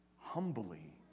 humbly